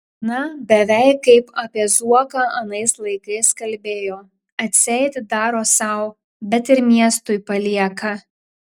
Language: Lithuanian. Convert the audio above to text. na beveik kaip apie zuoką anais laikais kalbėjo atseit daro sau bet ir miestui palieka